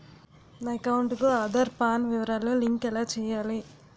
నా అకౌంట్ కు ఆధార్, పాన్ వివరాలు లంకె ఎలా చేయాలి?